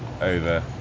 over